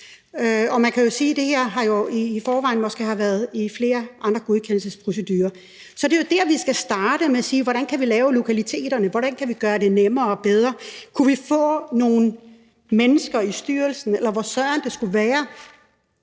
Og man kan jo sige, at det her i forvejen måske har været igennem flere andre godkendelsesprocedurer. Så det er jo der, vi skal starte med at sige: Hvordan kan vi lave lokaliteterne? Hvordan kan vi gøre det nemmere og bedre? Kunne vi få nogle mennesker i styrelsen, eller hvor søren det skulle være